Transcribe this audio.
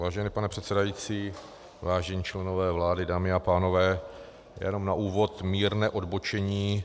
Vážený pane předsedající, vážení členové vlády, dámy a pánové, já jenom na úvod mírné odbočení.